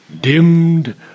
dimmed